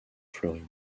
floride